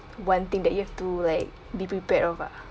one thing that you have to like be prepared of uh